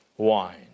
wine